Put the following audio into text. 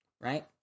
Right